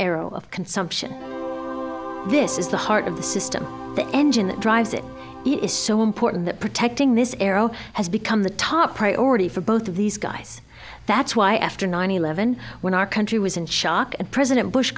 arrow of consumption this is the heart of the system the engine that drives it is so important that protecting this arrow has become the top priority for both of these guys that's why after nine eleven when our country was in shock and president bush